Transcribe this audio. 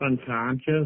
unconscious